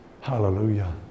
Hallelujah